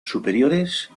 superiores